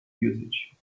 usage